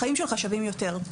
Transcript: החיים שלך שווים יותר.